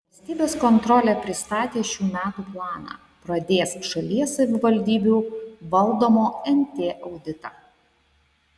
valstybės kontrolė pristatė šių metų planą pradės šalies savivaldybių valdomo nt auditą